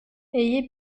ayez